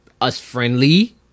us-friendly